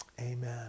Amen